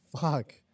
Fuck